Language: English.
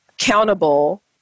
accountable